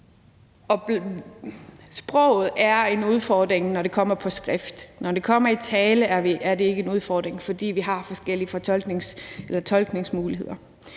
sproget er en udfordring, når det kommer på skrift. Når det kommer i tale, er det ikke en udfordring, fordi vi har forskellige tolkningsmuligheder.